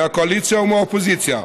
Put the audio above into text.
מהקואליציה ומהאופוזיציה,